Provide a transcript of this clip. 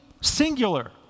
singular